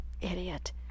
Idiot